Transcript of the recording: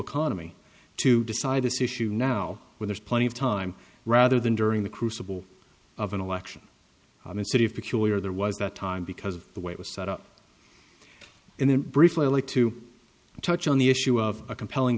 economy to decide this issue now when there's plenty of time rather than during the crucible of an election and city of peculiar there was that time because of the way it was set up and then briefly to touch on the issue of a compelling